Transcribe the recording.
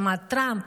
רמת טראמפ,